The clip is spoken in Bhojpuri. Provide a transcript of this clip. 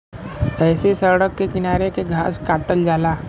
ऐसे सड़क के किनारे के घास काटल जाला